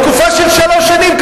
בתקופה של שלוש שנים.